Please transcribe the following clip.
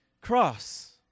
cross